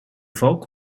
valk